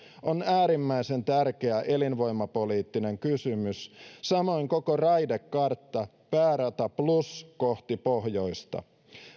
on äärimmäisen tärkeä elinvoimapoliittinen kysymys samoin koko raidekartta päärata plus kohti pohjoista